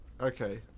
Okay